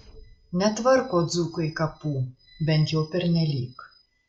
netvarko dzūkai kapų bent jau pernelyg